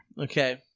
okay